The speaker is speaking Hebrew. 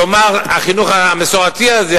לומר שהחינוך המסורתי הזה,